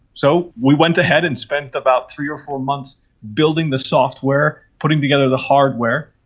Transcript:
so we went ahead and spent about three or four months building the software, putting together the hardware.